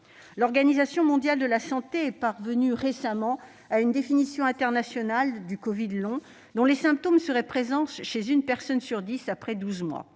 L'Organisation mondiale de la santé est parvenue récemment à une définition internationale du covid long, dont les symptômes seraient présents chez une personne contaminée sur dix après douze mois.